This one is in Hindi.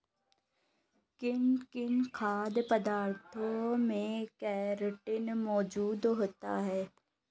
किन किन खाद्य पदार्थों में केराटिन मोजूद होता है?